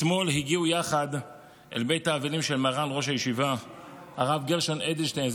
אתמול הגיעו יחד אל בית האבלים של מרן ראש הישיבה הרב גרשון אדלשטיין,